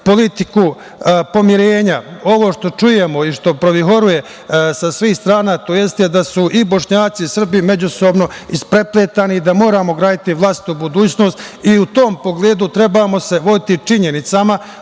politiku pomirenja. Ovo što čujemo i što provihoruje sa svih strana tj. da su i Bošnjaci i Srbi međusobno isprepletani i da moramo graditi vlastitu budućnost. U tom pogledu trebamo se voditi činjenicama